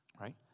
right